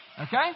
Okay